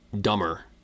dumber